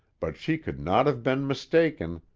but she could not have been mistaken.